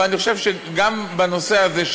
ואני חושב שגם בנושא הזה,